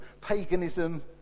paganism